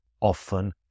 often